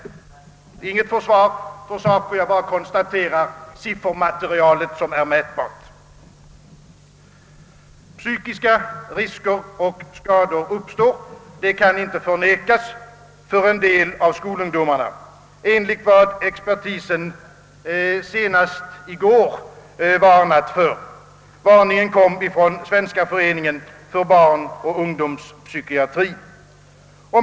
Detta är inte något försvar för SACO, jag endast konstaterar vad siffermaterialet redovisar. Psykiska risker och skador uppstår, det kan inte förnekas, för en del av skolungdomarna enligt vad expertisen senast i går varnade för. Varningen kom från Svenska föreningen för barnoch ungdomspsykiatri.